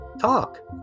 talk